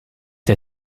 der